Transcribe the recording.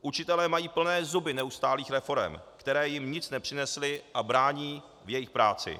Učitelé mají plné zuby neustálých reforem, které jim nic nepřinesly a brání v jejich práci.